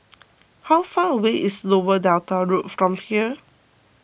how far away is Lower Delta Road from here